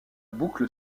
boucle